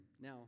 Now